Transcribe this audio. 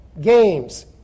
games